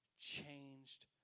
changed